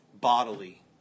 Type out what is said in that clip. bodily